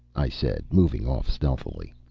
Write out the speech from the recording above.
i said, moving off stealthily.